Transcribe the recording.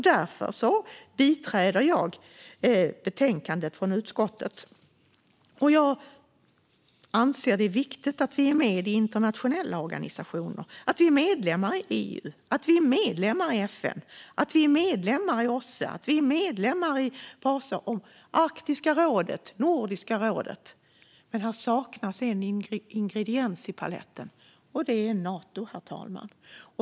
Därför biträder jag utskottets förslag i betänkandet. Jag anser att det är viktigt att vi är med i internationella organisationer - att vi är medlemmar i EU, FN, OSSE, PACE, Arktiska rådet och Nordiska rådet. En ingrediens saknas dock i denna palett, nämligen Nato, herr talman.